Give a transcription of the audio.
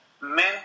men